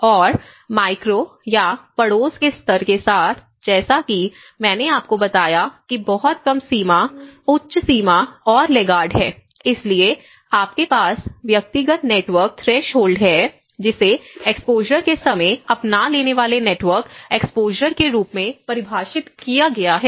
और माइक्रो या पड़ोस के स्तर के साथ जैसा कि मैंने आपको बताया कि बहुत कम सीमा उच्च सीमा और लैगार्ड है इसलिए आपके पास व्यक्तिगत नेटवर्क थ्रेशोल्ड है जिसे एक्सपोज़र के समय अपना लेने वाले नेटवर्क एक्सपोज़र के रूप में परिभाषित किया गया है